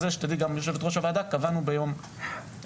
יושבת ראש הוועדה, שתדעי שקבענו ביום ראשון.